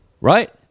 Right